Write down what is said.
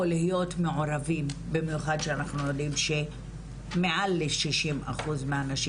או להיות מעורבים במיוחד שאנחנו יודעים שמעל ל- 60% מהנשים